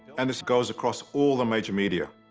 and this goes across all the major media,